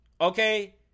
Okay